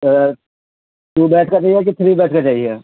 to بیس کا چاہیے کہ تھری بیچ کا چاہیے